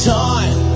time